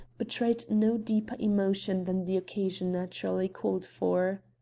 betrayed no deeper emotion than the occasion naturally called for.